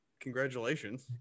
Congratulations